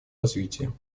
развитием